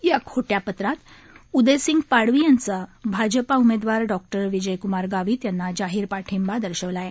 या खोट्या पत्रात उदेसिंग पाडवी यांचा भाजपा उमेदवार डॉ विजयकूमार गावित यांना जाहीर पाठींबा दर्शवला आहे